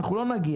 אנחנו לא נגיע.